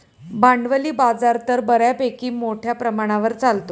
भांडवली बाजार तर बऱ्यापैकी मोठ्या प्रमाणावर चालतो